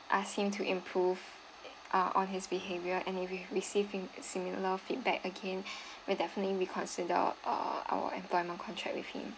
ask him to improve uh on his behavior and if we receiving similar feedback again we'll definitely reconsider uh our employment contract with him